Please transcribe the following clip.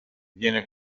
viene